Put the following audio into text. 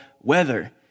weather